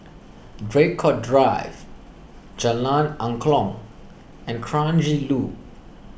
Draycott Drive Jalan Angklong and Kranji Loop